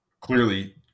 Clearly